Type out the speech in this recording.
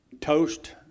Toast